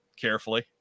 Carefully